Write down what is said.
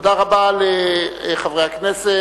תודה רבה לחברי הכנסת.